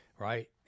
Right